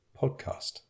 podcast